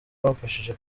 wamfashije